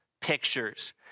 Pictures